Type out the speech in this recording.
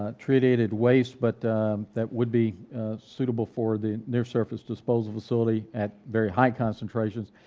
ah treat aided waste, but that would be suitable for the near surface disposal facility, at very high concentrations.